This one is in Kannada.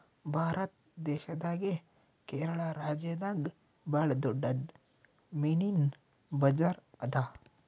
ಭಾರತ್ ದೇಶದಾಗೆ ಕೇರಳ ರಾಜ್ಯದಾಗ್ ಭಾಳ್ ದೊಡ್ಡದ್ ಮೀನಿನ್ ಬಜಾರ್ ಅದಾ